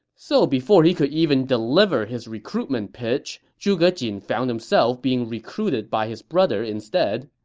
so before he could even deliver his recruitment pitch, zhuge jin found himself being recruited by his brother instead.